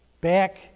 back